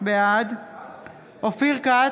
בעד אופיר כץ,